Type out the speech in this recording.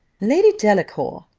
lady delacour,